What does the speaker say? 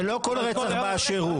זה לא כל רצח באשר הוא.